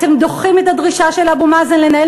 אתם דוחים את הדרישה של אבו מאזן לנהל